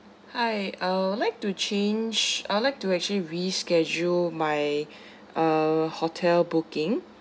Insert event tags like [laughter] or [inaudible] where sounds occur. hi I would like to change I would like to actually reschedule my [breath] uh hotel booking